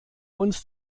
uns